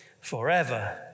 forever